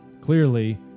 Clearly